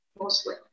mostly